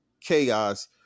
chaos